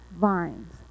vines